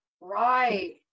Right